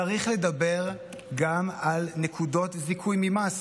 צריך לדבר גם על נקודות זיכוי ממס.